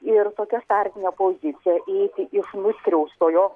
ir tokia startinė pozicija įeiti iš nuskriaustojo